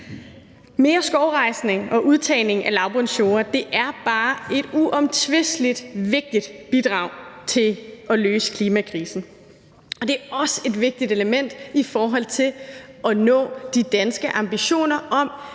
Mere skovrejsning og udtagning af lavbundsjorder er bare et uomtvistelig vigtigt bidrag til at løse klimakrisen, og det er også et vigtigt element i forhold til at nå de danske ambitioner om,